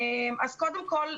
קודם כל,